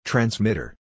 Transmitter